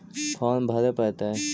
Farm भरे परतय?